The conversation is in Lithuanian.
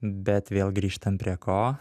bet vėl grįžtam prie ko